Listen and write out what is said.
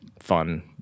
fun